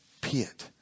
pit